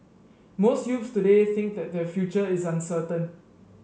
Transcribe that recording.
most youths today think that their future is uncertain